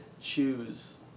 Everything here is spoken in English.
choose